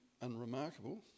unremarkable